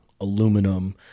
aluminum